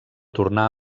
tornà